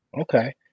Okay